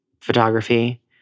photography